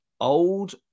old